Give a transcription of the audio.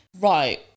right